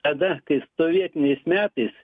tada kai sovietiniais metais